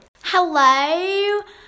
hello